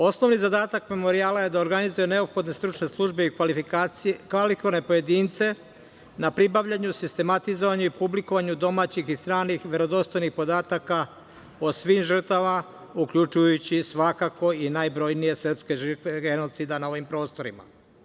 Osnovni zadatak memorijala je da organizuje neophodne stručne službe i kvalifikuje pojedince na pribavljanju, sistematizovanju i publikovanju domaćih i stranih verodostojnih podataka o svim žrtvama, uključujući svakako i najbrojnije srpske žrtve genocida na ovim prostorima.